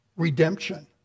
Redemption